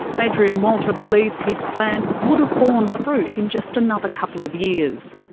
adrian walter believes his plan would have borne fruit in just another couple of years.